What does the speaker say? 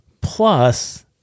Plus